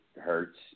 hurts